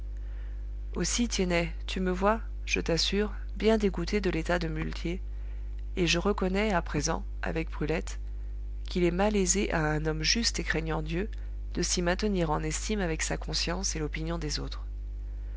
aussi tiennet tu me vois je t'assure bien dégoûté de l'état de muletier et je reconnais à présent avec brulette qu'il est malaisé à un homme juste et craignant dieu de s'y maintenir en estime avec sa conscience et l'opinion des autres